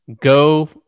go